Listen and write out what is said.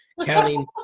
counting